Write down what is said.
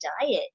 diet